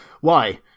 Why